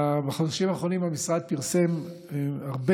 אז בחודשים האחרונים המשרד פרסם הרבה